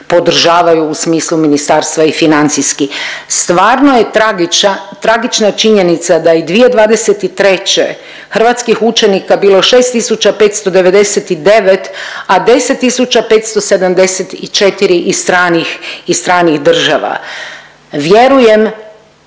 podržavaju u smislu ministarstva i financijski. Stvarno je tragiča… tragična je činjenica da je 2023. hrvatskih učenika bilo 6.599, a 10.574 iz stranih, iz stranih država. Vjerujem